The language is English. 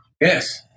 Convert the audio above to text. Yes